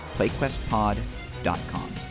PlayQuestPod.com